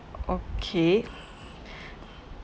okay